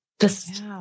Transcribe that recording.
Just-